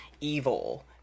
evil